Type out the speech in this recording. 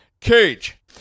cage